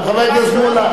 חבר הכנסת מולה,